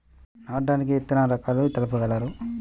నాటడానికి విత్తన రకాలు తెలుపగలరు?